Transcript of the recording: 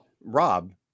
Rob